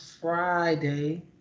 Friday